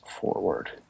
forward